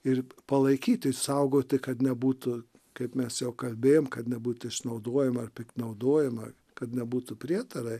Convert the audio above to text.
ir palaikyti saugoti kad nebūtų kaip mes jau kalbėjom kad nebūtų išnaudojama ar piktnaudojama kad nebūtų prietarai